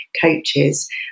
coaches